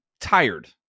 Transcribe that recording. tired